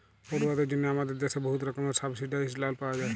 পড়ুয়াদের জ্যনহে আমাদের দ্যাশে বহুত রকমের সাবসিডাইস্ড লল পাউয়া যায়